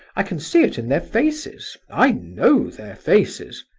i can see it in their faces i know their faces.